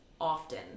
often